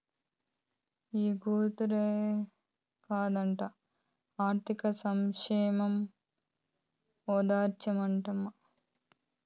ఈ ఒక్కతూరే కాదట, ఆర్థిక సంక్షోబం మల్లామల్లా ఓస్తాదటమ్మో